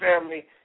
family